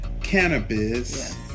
cannabis